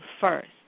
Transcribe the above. first